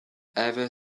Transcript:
ever